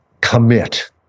commit